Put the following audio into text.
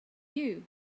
you